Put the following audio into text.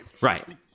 Right